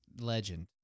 Legend